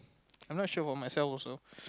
I'm not sure about myself also